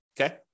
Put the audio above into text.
Okay